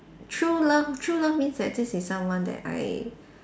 true love true love means that this is someone that I